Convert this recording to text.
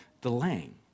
delaying